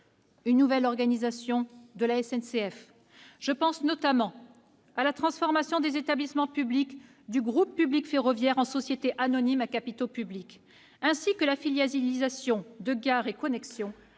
une nouvelle organisation de la SNCF. Je pense notamment à la transformation des établissements publics du groupe public ferroviaire en sociétés anonymes à capitaux publics, ainsi qu'à la filialisation de Gares & Connexions